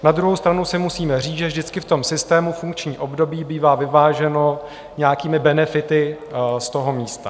Na druhou stranu si musíme říct, že vždycky v systému funkční období bývá vyváženo nějakými benefity z toho místa.